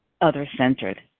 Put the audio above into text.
other-centered